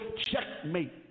Checkmate